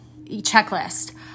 checklist